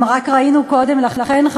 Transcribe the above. רק ראינו קודם לכן,